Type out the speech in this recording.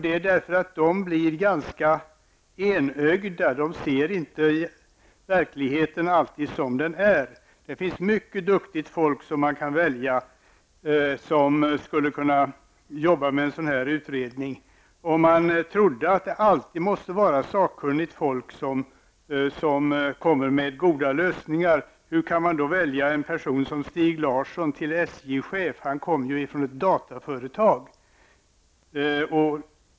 Det är därför att de blir ganska enögda. De ser inte alltid verkligheten som den är. Det finns mycket duktigt folk som man kan välja, som skulle kunna jobba med en sådan här utredning. Om man trodde att goda lösningar alltid måste komma från sakkunnigt folk, hur skulle man då kunna välja en person som Stig Larsson till SJ-chef? Han kom från ett dataföretag.